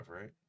right